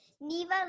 neva